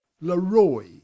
Leroy